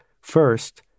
first